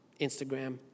Instagram